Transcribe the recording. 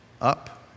up